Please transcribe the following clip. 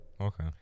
Okay